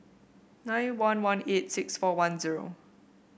nine one one eight six four one zero